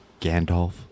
Gandalf